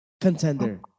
Contender